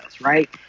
right